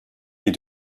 est